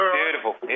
beautiful